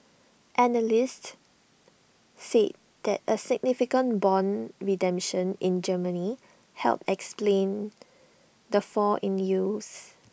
analysts said that A significant Bond redemption in Germany helped explain the fall in yields